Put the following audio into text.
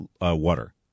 water